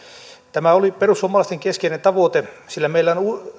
tämä oli perussuomalaisten keskeinen tavoite sillä meillä